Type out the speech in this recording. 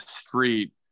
street